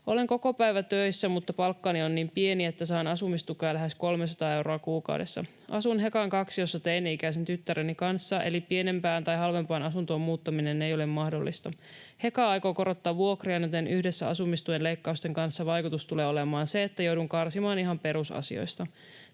”Olen kokopäivätöissä, mutta palkkani on niin pieni, että saan asumistukea lähes 300 euroa kuukaudessa. Asun Hekan kaksiossa teini-ikäisen tyttäreni kanssa, eli pienempään tai halvempaan asuntoon muuttaminen ei ole mahdollista. Heka aikoo korottaa vuokriaan, joten yhdessä asumistuen leikkauksen kanssa vaikutus tulee olemaan se, että joudun karsimaan ihan perusasioista.